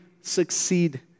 succeed